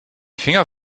finger